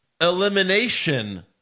elimination